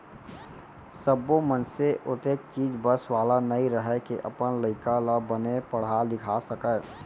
सब्बो मनसे ओतेख चीज बस वाला नइ रहय के अपन लइका ल बने पड़हा लिखा सकय